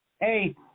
Hey